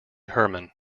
herman